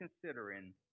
considering